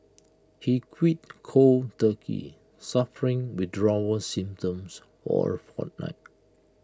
he quit cold turkey suffering withdrawal symptoms for A fortnight